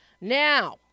Now